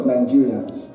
Nigerians